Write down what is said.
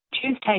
Tuesday